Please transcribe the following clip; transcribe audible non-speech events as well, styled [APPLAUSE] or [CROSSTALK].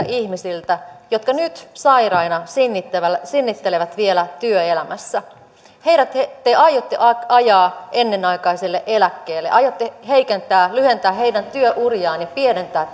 [UNINTELLIGIBLE] ihmisiltä jotka nyt sairaina sinnittelevät sinnittelevät vielä työelämässä heidät te aiotte ajaa ennenaikaiselle eläkkeelle aiotte lyhentää heidän työuriaan ja pienentää